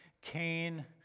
Cain